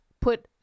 put